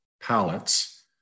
palettes